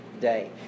day